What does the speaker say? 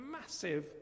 massive